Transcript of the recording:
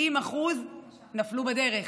70% נפלו בדרך,